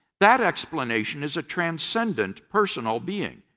that explanation is a transcendent, personal being.